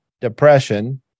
depression